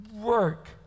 work